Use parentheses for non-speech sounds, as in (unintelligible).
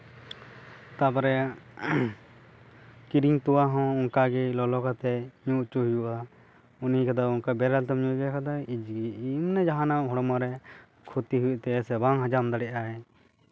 ᱛᱟᱨᱯᱚᱨᱮ ᱠᱤᱨᱤᱧ ᱛᱚᱣᱟ ᱦᱚᱸ ᱚᱱᱠᱟ ᱜᱮ ᱞᱚᱞᱚ ᱠᱟᱛᱮ ᱧᱩ ᱦᱚᱪᱚ ᱦᱩᱭᱩᱜᱼᱟ ᱩᱱᱤ ᱫᱚ ᱚᱱᱠᱟ ᱵᱮᱨᱮᱞᱛᱮᱢ ᱧᱩ ᱦᱚᱪᱚ ᱞᱮᱠᱷᱟᱱ (unintelligible) ᱫᱚ ᱡᱟᱦᱟᱸᱱᱟᱜ ᱦᱚᱲᱢᱚ ᱨᱮ ᱠᱷᱩᱛᱤ ᱦᱩᱭᱩᱜ ᱛᱟᱭᱟ ᱥᱮ ᱵᱟᱝ ᱦᱟᱡᱟᱢ ᱫᱟᱲᱮᱭᱟᱜᱼᱟᱭ